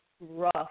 Rough